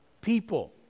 people